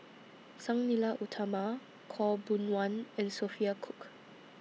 Sang Nila Utama Khaw Boon Wan and Sophia Cooke